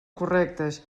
correctes